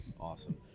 Awesome